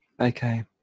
okay